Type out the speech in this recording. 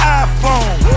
iPhone